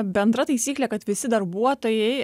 bendra taisyklė kad visi darbuotojai